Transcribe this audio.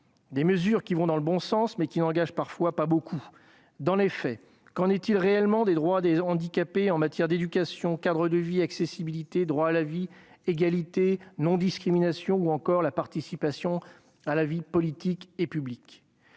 Ces mesures vont dans le bon sens, mais ne constituent pas toujours des engagements forts ... Dans les faits, qu'en est-il réellement des droits des handicapés en matière d'éducation, de cadre de vie, d'accessibilité, de droit à la vie, d'égalité, de non-discrimination ou encore de participation à la vie politique et publique ?